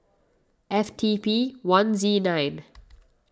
F T P one Z nine